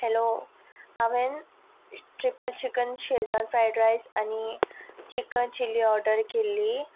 hello हांवें triple chicken schezwan fried rice आनी chicken chilli order केल्ली